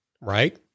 right